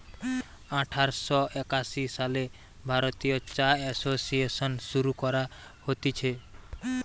আঠার শ একাশি সালে ভারতীয় চা এসোসিয়েসন শুরু করা হতিছে